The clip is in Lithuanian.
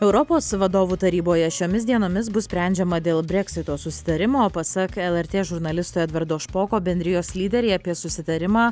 europos vadovų taryboje šiomis dienomis bus sprendžiama dėl breksito susitarimo pasak lrt žurnalisto edvardo špoko bendrijos lyderiai apie susitarimą